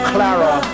Clara